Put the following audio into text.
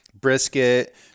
brisket